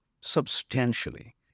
substantially